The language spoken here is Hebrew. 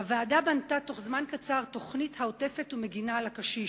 הוועדה בנתה תוך זמן קצר תוכנית העוטפת את הקשיש